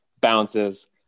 Bounces